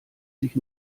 sich